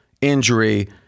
injury